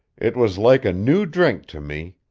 it was like a new drink to me.